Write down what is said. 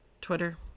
Twitter